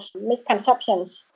misconceptions